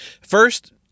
First